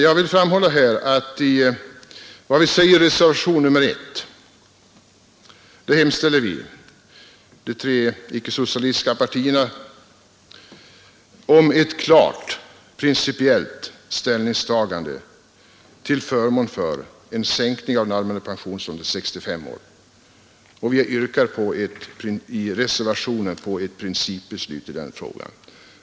Jag vill emellertid framhålla att i reservationen I hemställer vi, de tre icke-socialistiska partierna, om ett klart prinicpiellt ställningstagande till förmån för en sänkning av den allmänna pensionsåldern till 65 år, och vi yrkar i reservationen på ett principbeslut i den frågan.